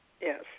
yes